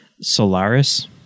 Solaris